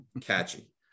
catchy